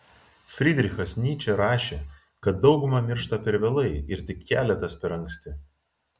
frydrichas nyčė rašė kad dauguma miršta per vėlai ir tik keletas per anksti